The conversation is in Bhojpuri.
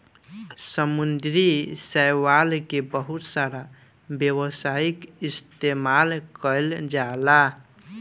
समुंद्री शैवाल के बहुत सारा व्यावसायिक इस्तेमाल कईल जाला